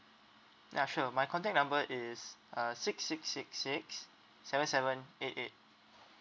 ya sure my contact number is uh six six six six seven seven eight eight